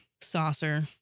saucer